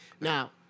Now